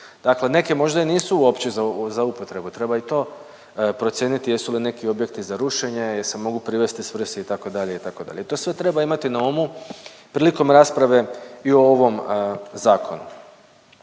Dakle, neke možda i nisu uopće za upotrebu treba i to procijeniti jesu li neki objekti za rušenje, je se mogu privesti svrsi itd., itd. i to sve treba imati na umu prilikom rasprave i ovom zakonu.